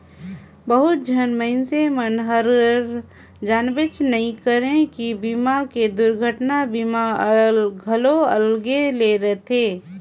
बहुत झन मइनसे मन हर जानबे नइ करे की बीमा मे दुरघटना बीमा घलो अलगे ले रथे